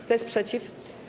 Kto jest przeciw?